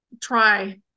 try